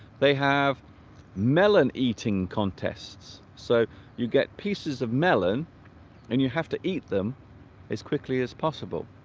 they have melon eating contests so you get pieces of melon and you have to eat them as quickly as possible